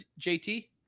jt